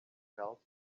felt